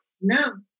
no